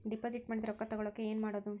Deposit ಮಾಡಿದ ರೊಕ್ಕ ತಗೋಳಕ್ಕೆ ಏನು ಮಾಡೋದು?